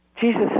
Jesus